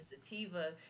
sativa